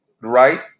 right